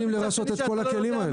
אנחנו מתכוונים לרשות את כל הכלים האלה.